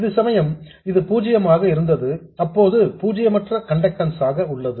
அதே சமயம் இது பூஜ்ஜியமாக இருந்தது இப்போது பூஜ்ஜியமற்ற கண்டக்டன்ஸ் ஆக உள்ளது